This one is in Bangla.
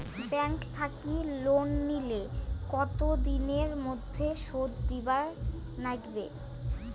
ব্যাংক থাকি লোন নিলে কতো দিনের মধ্যে শোধ দিবার নাগিবে?